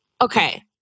okay